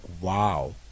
wow